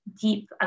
deep